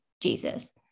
Jesus